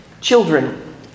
Children